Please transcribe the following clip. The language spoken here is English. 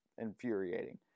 infuriating